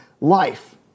life